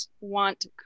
want